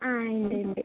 ആ ഉണ്ട് ഉണ്ട്